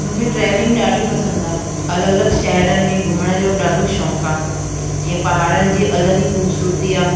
मूंखे ट्रेविलिंग ॾाढी पसंदि आहे अलॻि अलॻि शहिरनि में घुमण जो ॾाढो शौक़ु आहे जीअं पहाड़नि जी अलॻि ई ख़ूबसूरती आहे